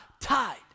tied